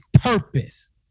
purpose